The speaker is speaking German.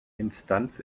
instanz